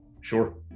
Sure